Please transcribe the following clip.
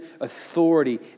authority